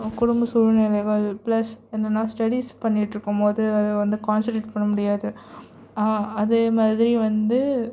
குடும்ப சூழ்நிலைகள் பிளஸ் என்னென்னா ஸ்டெடிஸ் பண்ணிட்டிருக்கும்போது அது வந்து கான்சன்ட்ரேட் பண்ண முடியாது அதேமாதிரி வந்து